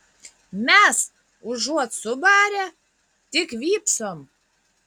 mes užuot subarę tik vypsom